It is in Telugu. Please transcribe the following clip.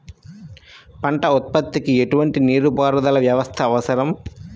పంట ఉత్పత్తికి ఎటువంటి నీటిపారుదల వ్యవస్థ అవసరం?